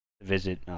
visit